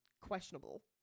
questionable